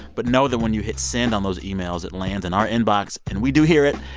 but know that when you hit send on those emails, it lands in our inbox. and we do hear it.